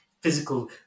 physical